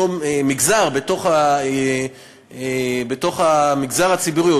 אותו מגזר בתוך המגזר הציבורי,